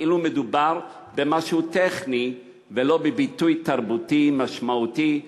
כאילו מדובר במשהו טכני ולא בביטוי תרבותי משמעותי,